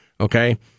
Okay